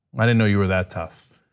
i didn't know you were that tough.